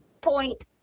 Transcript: point